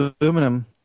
aluminum